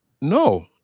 No